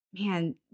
man